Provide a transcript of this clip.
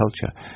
culture